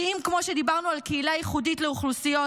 כי כמו שדיברנו על קהילה ייחודית לאוכלוסיות,